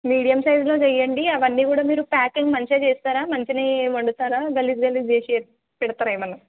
medium సైజులో చెయ్యండి అవన్నీ కూడా మీరు ప్యాకింగ్ మంచిగా చేస్తారా మంచిగానే వండుతారా గలీజ్ గలీజ్ చేసి పెడతారా ఏమన్నా